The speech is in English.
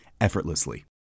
effortlessly